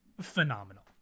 phenomenal